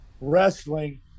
wrestling